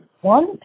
One